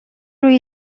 روی